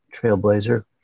trailblazer